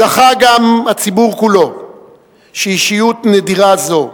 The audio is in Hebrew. זכה גם הציבור כולו שאישיות נדירה זו,